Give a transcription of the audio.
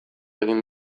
egin